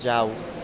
જાવ